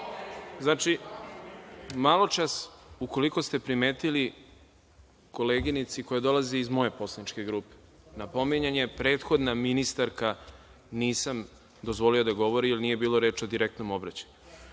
čega? Znači, maločas, ukoliko ste primetili, koleginici koja dolazi iz moje poslaničke grupe, na pominjanje „prethodna ministarka“ nisam dozvolio da govori, jer nije bilo reči o direktnom obraćanju.